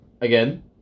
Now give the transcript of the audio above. again